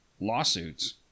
lawsuits